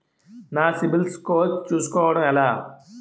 నా సిబిఐఎల్ స్కోర్ చుస్కోవడం ఎలా?